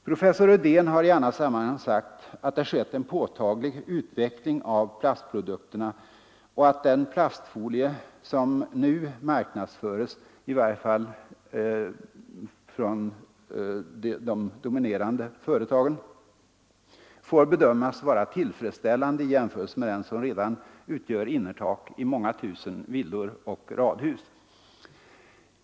Professor Ödeen har i annat sammanhang sagt att det skett en påtaglig utveckling av plastprodukterna och att den plastfolie som nu marknadsföres, i varje fall från ett par av de dominerande företagen, ”får bedömas vara tillfredsställande” i jämförelse med den som redan utgör innertak i många tusen villor och radhus.